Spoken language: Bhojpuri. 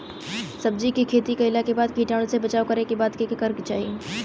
सब्जी के खेती कइला के बाद कीटाणु से बचाव करे बदे का करे के चाही?